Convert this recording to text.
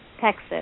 Texas